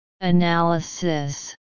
Analysis